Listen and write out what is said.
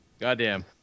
Goddamn